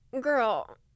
Girl